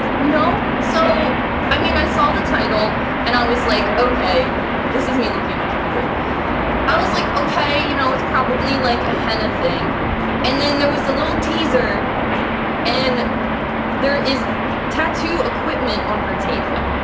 you know, so i mean i saw the title and i was like, okay this is me. looking at my computer i was like, okay, you know, it's probably like a henna thing and then there was a little teaser and there is tattoo equipment on her table